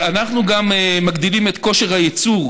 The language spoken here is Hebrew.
אנחנו גם מגדילים את כושר הייצור